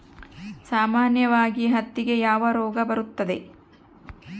ಸಾಮಾನ್ಯವಾಗಿ ಹತ್ತಿಗೆ ಯಾವ ರೋಗ ಬರುತ್ತದೆ?